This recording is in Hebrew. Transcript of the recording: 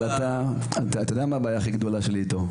אתה יודע מה הבעיה הכי גדולה שלי איתו?